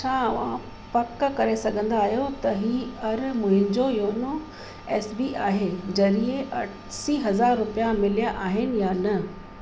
छा तव्हां पक करे सघंदा आहियो त हींअर मुंहिंजो योनो एस बी आहे ज़रिए असीं हज़ार रुपिया मिलिया आहिनि या न